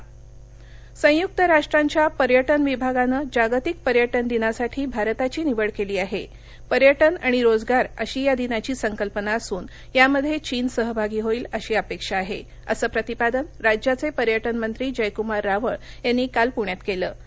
Indo चीन संयुक्त राष्ट्रांच्या पर्यटन विभागानं जागतिक पर्यटन दिनासाठी भारताची निवड कली आह अर्यटन आणि रोजगार अशी या दिनाची संकल्पना असून यामध्याचीन सहभागी होईल अशी अपक्षा आहा असं प्रतिपादन राज्याच पिर्वटन मंत्री जयकुमार रावळ यांनी काल प्रण्यात कल्वि